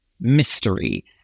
mystery